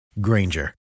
Granger